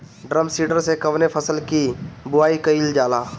Drum seeder से कवने फसल कि बुआई कयील जाला?